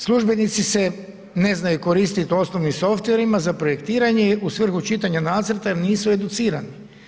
Službenici se ne znaju koristiti osnovnim softwareima za projektiranje u svrhu čitanja nacrta jer nisu educirani.